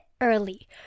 early